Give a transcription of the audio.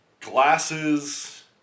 glasses